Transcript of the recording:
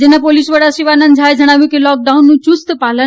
રાજયના પોલીસ વડા શિવાનંદ ઝાએ જણાવ્યું છે કે લોકડાઉનનું યુસ્ત પાલન